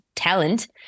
talent